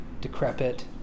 decrepit